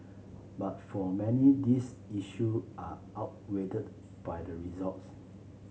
but for many these issue are outweighed by the results